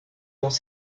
dans